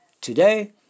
today